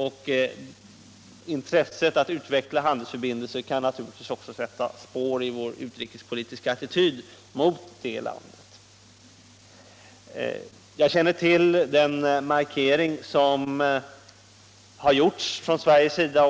Och intresset att utveckla dessa kan naturligtvis också sätta spår i vår utrikespolitiska attityd gentemot landet. Jag känner till den markering som Sverige har gjort